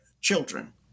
children